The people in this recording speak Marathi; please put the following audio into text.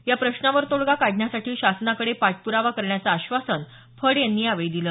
या प्रश्नावर तोडगा काढण्यासाठी शासनाकडे पाठपूरावा करण्याचं आश्वासन फड यांनी यावेळी दिलं